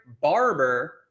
Barber